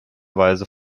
weise